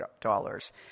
dollars